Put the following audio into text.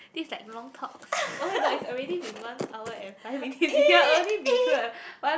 this is like long talks oh-my-god it's already been one hour and five minutes we are only been through like one